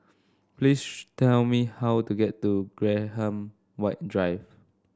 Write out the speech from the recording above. please tell me how to get to Graham White Drive